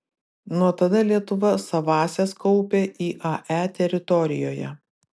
nuo tada lietuva savąsias kaupia iae teritorijoje